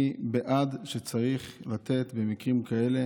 אני בעד, צריך לתת במקרים כאלה